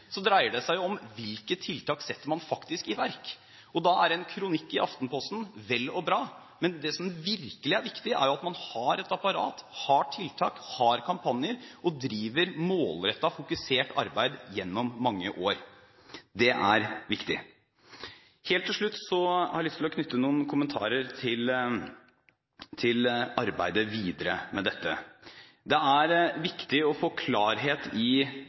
dreier det seg om hvilke tiltak man faktisk setter i verk. Da er en kronikk i Aftenposten vel og bra, men det som virkelig er viktig, er at man har et apparat, har tiltak, har kampanjer og driver målrettet fokusert arbeid gjennom mange år. Det er viktig. Helt til slutt har jeg lyst til å knytte noen kommentarer til arbeidet videre med dette. Det er viktig å få klarhet i